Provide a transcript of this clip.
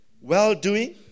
well-doing